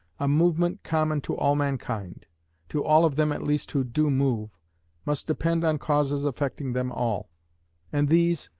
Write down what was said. a movement common to all mankind to all of them at least who do move must depend on causes affecting them all and these,